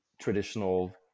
traditional